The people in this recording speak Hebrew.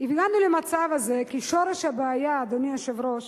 הגענו למצב הזה כי שורש הבעיה, אדוני היושב-ראש,